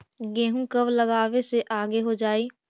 गेहूं कब लगावे से आगे हो जाई?